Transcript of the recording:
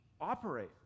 operate